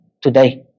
today